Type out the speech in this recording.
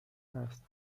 هست